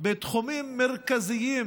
בתחומים מרכזיים